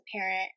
parent